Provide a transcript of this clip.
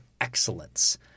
excellence